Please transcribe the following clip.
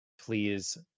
Please